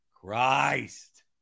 christ